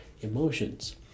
emotions